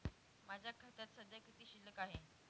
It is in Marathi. माझ्या खात्यात सध्या किती शिल्लक आहे?